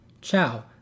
ciao